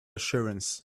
assurance